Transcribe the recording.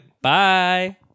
Bye